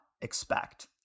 expect